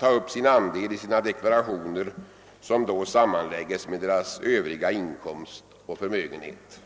ta upp sin andel i sina deklarationer, som då sammanläggs med deras övriga inkomst och förmögenhet.